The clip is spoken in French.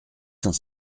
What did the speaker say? cent